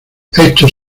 hechos